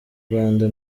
rwanda